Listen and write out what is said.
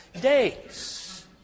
Days